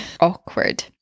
awkward